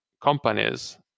companies